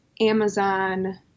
Amazon